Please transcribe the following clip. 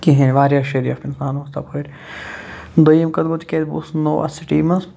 کِہیٖنۍ واریاہ شریٖف اِنسان اوس تَپٲرۍ دوٚیِم کَتھ گوٚو تِکیٛازِ بہ اوسُس نوٚو اَتھ سِٹی منٛز